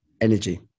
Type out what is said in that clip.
energy